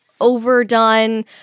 overdone